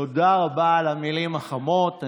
תודה רבה על המילים החמות.